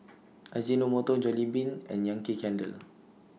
Ajinomoto Jollibean and Yankee Candle